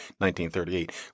1938